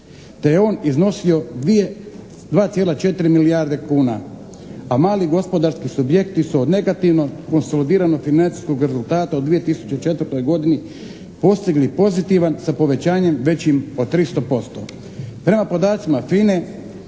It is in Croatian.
te je on iznosio 2,4 milijarde kuna a mali gospodarski subjekti su od negativno konsolidiranog financijskog rezultata u 2004. godini postigli pozitivan sa povećanjem većim od 300